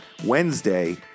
Wednesday